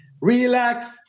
Relax